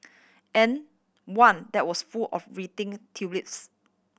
and one that was full of wilting tulips